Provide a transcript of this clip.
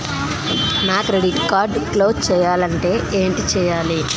నా credit card close చేయాలంటే ఏంటి చేయాలి?